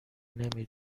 نمی